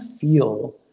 feel